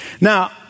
Now